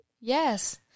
Yes